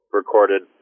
recorded